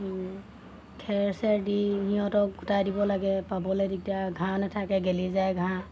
খেৰ চেৰ দি সিহঁতক গোটাই দিব লাগে পাবলৈ তেতিয়া ঘাঁহ নেথাকে গেলি যায় ঘাঁহ